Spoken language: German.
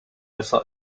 besser